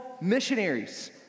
missionaries